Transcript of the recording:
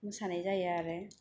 मोसानाय जायो आरो